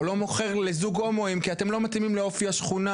או "לא מוכר לזוג הומואים כי אתם לא מתאימים לאופי השכונה",